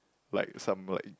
like some like